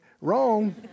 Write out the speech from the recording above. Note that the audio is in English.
wrong